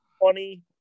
funny